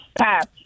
Pass